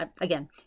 again